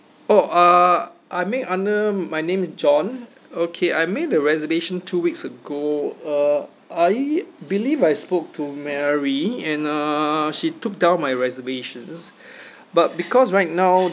oh uh I made under my name john okay I made the reservation two weeks ago uh I believe I spoke to mary and uh she took down my reservations but because right now